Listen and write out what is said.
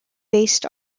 based